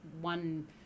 one